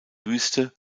wüste